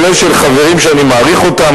כולל של חברים שאני מעריך אותם,